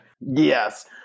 Yes